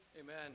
Amen